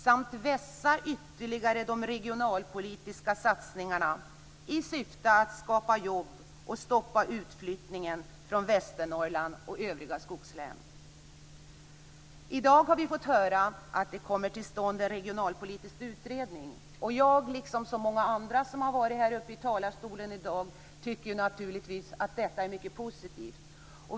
Vi behöver också ytterligare vässa de regionalpolitiska satsningarna i syfte att skapa jobb och att stoppa utflyttningen från Västernorrland och övriga skogslän. I dag har vi fått höra att det kommer till stånd en regionalpolitisk utredning. Jag tycker, liksom många andra som har varit uppe i talarstolen i dag, naturligtvis att detta är mycket positivt.